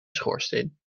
schoorsteen